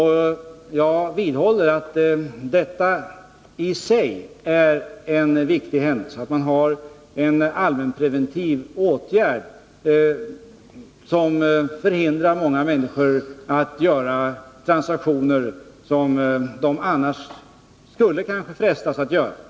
Jag vidhåller att detta i sig är en viktig händelse. Att det finns en allmänpreventiv åtgärd som hindrar många människor från att göra transaktioner som de annars kanske skulle frestas att göra.